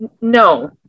No